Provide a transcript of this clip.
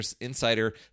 insider